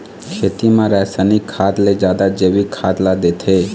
खेती म रसायनिक खाद ले जादा जैविक खाद ला देथे